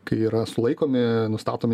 kai yra sulaikomi nustatomi